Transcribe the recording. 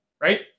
right